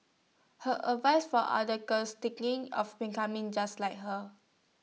her advice for other girls of becoming just like her